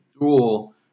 duel